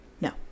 No